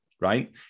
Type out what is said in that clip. right